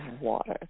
water